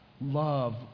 Love